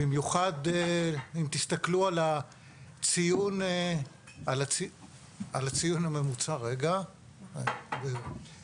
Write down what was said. במיוחד אם תסתכלו על הציון הממוצע של